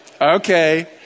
Okay